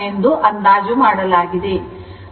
1 ಎಂದು ಅಂದಾಜು ಮಾಡಲಾಗಿದೆ